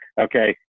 okay